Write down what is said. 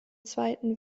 zweiten